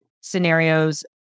scenarios